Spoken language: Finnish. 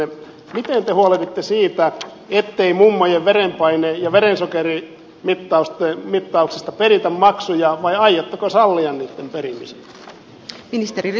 miten te huolehditte siitä ettei mummojen verenpaine ja verensokerimittauksista peritä maksuja vai aiotteko sallia niitten perimisen